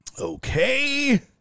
Okay